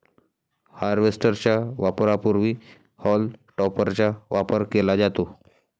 harvester च्या वापरापूर्वी haulm टॉपरचा वापर केला जातो